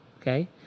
okay